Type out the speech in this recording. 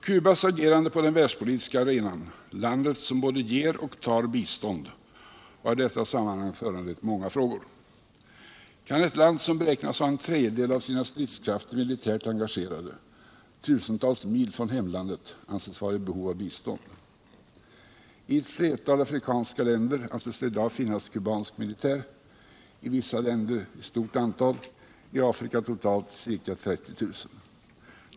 'Cubas agerande på den världspolitiska arenan — landet som både ger och tar bistånd — har i detta sammanhang föranlett många frågor. Kan ett land, som beräknas ha en tredjedel av sina stridskrafter militärt engagerade, tusentals mil från hemlandet, anses vara i behov av bistånd? I ett flertal afrikanska länder anses det i dag finnas kubansk militär — i vissa länder i stort antal, i Afrika totalt ca 30 000.